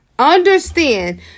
understand